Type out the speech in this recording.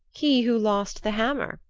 he who lost the hammer,